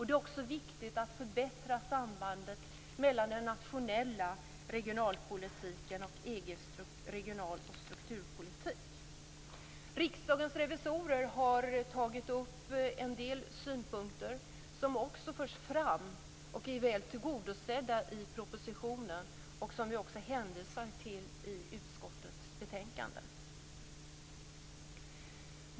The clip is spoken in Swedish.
Det är också viktigt att förbättra sambandet mellan den nationella regionalpolitiken och Riksdagens revisorer har tagit upp en del synpunkter som också förs fram och är väl tillgodosedda i propositionen. Vi hänvisar till dem i utskottets betänkande.